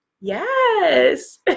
Yes